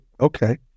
Okay